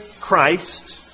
Christ